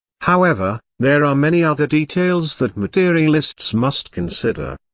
however, there are many other details that materialists must consider.